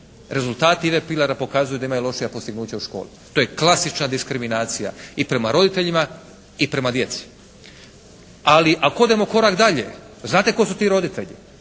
rezultati "Ive Pilara" pokazuju da imaju lošija postignuća u školi. To je klasična diskriminacija i prema roditeljima i prema djeci. Ali ako odemo korak dalje, znate tko su ti roditelji.